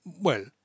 well